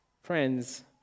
Friends